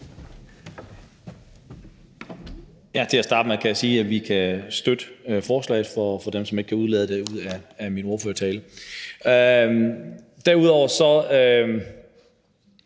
Til at starte med kan jeg sige, at vi kan støtte forslaget, for dem, som ikke kan udlede det af min ordførertale. Derudover står